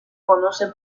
conoce